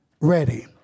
ready